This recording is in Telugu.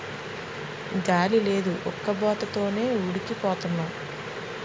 గాలి లేదు ఉక్కబోత తోనే ఉడికి పోతన్నాం